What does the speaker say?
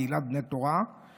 קהילת בני תורה,